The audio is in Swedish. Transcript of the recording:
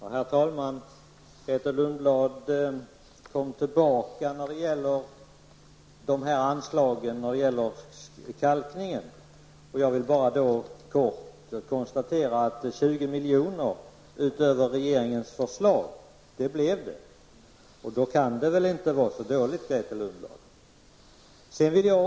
Herr talman! Grethe Lundblad återkom till frågan om anslagen avseende kalkningen. Helt kort konstaterar jag bara att det blev 20 miljoner utöver vad regeringen föreslagit. Då kan det väl inte vara så dåligt, Grethe Lundblad!